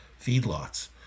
feedlots